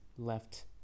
Left